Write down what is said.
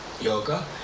yoga